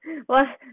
was